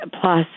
plus